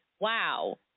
wow